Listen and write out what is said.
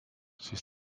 siis